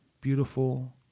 beautiful